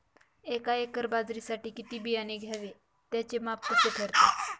एका एकर बाजरीसाठी किती बियाणे घ्यावे? त्याचे माप कसे ठरते?